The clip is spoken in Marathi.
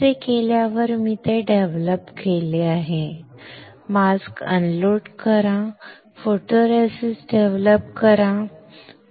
असे केल्यावर मी ते डेव्हलप केले आहे मास्क अनलोड करा फोटोरेसिस्ट डेव्हलप करा बरोबर